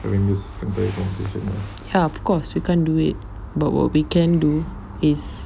of course we can't do it but what we can do is